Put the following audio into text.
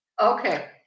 Okay